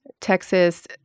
Texas